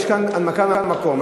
אין מכסה, יש כאן הנמקה מהמקום.